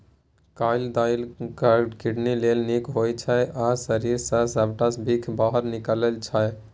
कलाइ दालि किडनी लेल नीक होइ छै आ शरीर सँ सबटा बिख बाहर निकालै छै